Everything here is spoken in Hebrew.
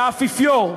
לאפיפיור.